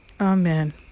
amen